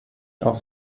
auf